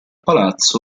palazzo